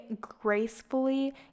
gracefully